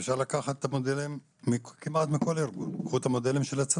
אפשר לקחת מודלים כמעט מכל ארגון של הצבא.